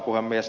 puhemies